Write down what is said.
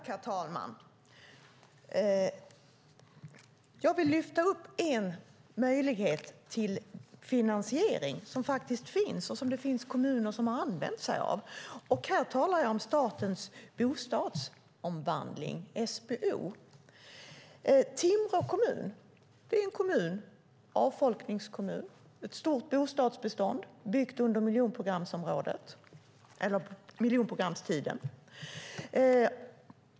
Herr talman! Jag vill lyfta upp en möjlighet till finansiering som faktiskt finns och som det finns kommuner som har använt sig av. Jag talar om Statens Bostadsomvandling, SBO. Timrå kommun är en avfolkningskommun med ett stort bostadsbestånd byggt under miljonprogramstiden.